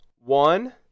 One